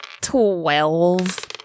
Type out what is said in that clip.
Twelve